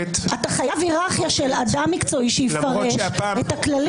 אתה חייב היררכיה של אדם מקצועי שיפרש את הכללים.